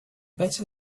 better